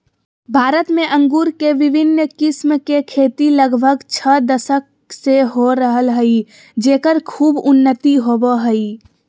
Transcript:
भारत में अंगूर के विविन्न किस्म के खेती लगभग छ दशक से हो रहल हई, जेकर खूब उन्नति होवअ हई